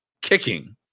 kicking